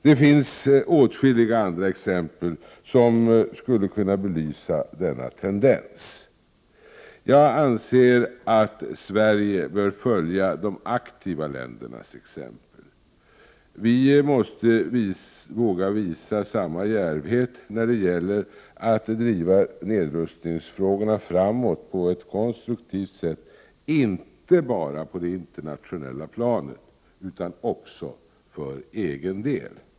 Det finns åtskilliga andra exempel som skulle kunna belysa denna tendens. Jag anser att Sverige bör följa de aktiva ländernas exempel. Vi måste våga visa samma djärvhet när det gäller att driva nedrustningsfrågorna framåt på ett konstruktivt sätt, inte bara på det internationella planet utan också för egen del.